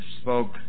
spoke